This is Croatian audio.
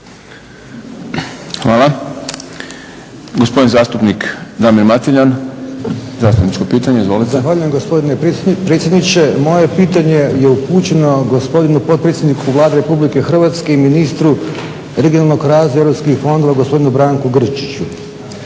Hvala. Gospodin zastupnik Damir Mateljan. Zastupničko pitanje izvolite. **Mateljan, Damir (SDP)** Zahvaljujem gospodine predsjedniče. Moje pitanje je upućeno gospodinu potpredsjedniku Vlade RH i ministru regionalnog razvoja i europskih fondova gospodinu Branku Grčiću.